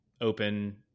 open